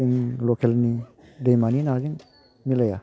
जों लकेलनि दैमानि नाजों मिलाया